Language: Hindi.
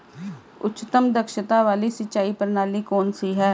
उच्चतम दक्षता वाली सिंचाई प्रणाली कौन सी है?